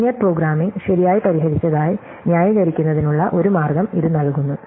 linear programming പ്രശ്നം ശരിയായി പരിഹരിച്ചതായി ന്യായീകരിക്കുന്നതിനുള്ള ഒരു മാർഗ്ഗം ഇത് നൽകുന്നു